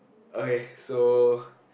okay so